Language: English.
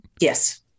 yes